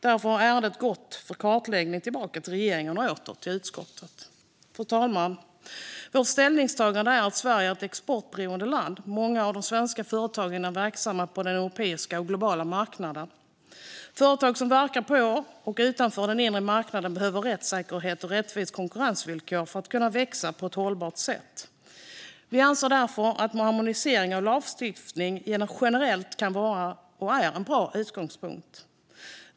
Därför har ärendet gått tillbaka till regeringen för klarläggande och därefter åter till utskottet. Fru talman! Sverige är ett exporterande land, och många av de svenska företagen är verksamma på den europeiska och den globala marknaden. Företag som verkar både på och utanför den inre marknaden behöver rättssäkerhet och rättvisa konkurrensvillkor för att kunna växa på ett hållbart sätt. Vi anser därför att harmonisering av lagstiftning generellt kan vara en bra utgångspunkt.